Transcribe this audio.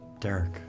Derek